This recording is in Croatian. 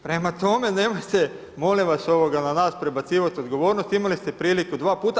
Prema tome, nemojte molim vas, na nas prebacivati odgovornost, imali ste priliku dva puta.